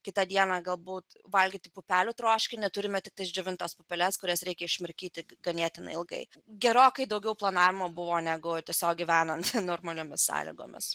kitą dieną galbūt valgyti pupelių troškinį turime tiktais džiovintas pupeles kurias reikia išmirkyti ganėtinai ilgai gerokai daugiau planavimo buvo negu tiesiog gyvenant normaliomis sąlygomis